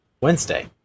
Wednesday